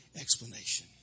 explanation